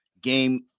Game